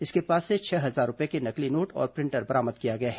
इसके पास से छह हजार रूपये के नकली नोट और प्रिंटर बरामद किया गया है